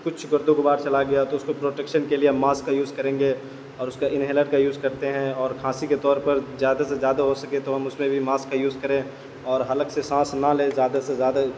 کچھ گرد و غبار چلا گیا تو اس سے پروٹکشن کے لیے ماسک کا یوز کریں گے اور اس کا انہیلر کا یوز کرتے ہیں اور کھانسی کے طور پر زیادہ سے زیادہ ہو سکے تو ہم اس میں بھی ماسک یوز کریں اور حلق سے سانس نہ لیں زیادہ سے زیادہ